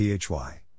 PHY